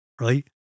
Right